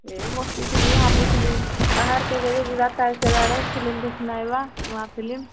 ଏ ବସିଥିଲି ଭାବୁଥିଲି ବାହାରେ କେବେ ବେ ଯିବା ତାଲ୍ଚେର୍ ଆଡ଼େ ଫିଲ୍ମ ଦେଖି ଆଇବା ନୂଆ ଫିଲ୍ମ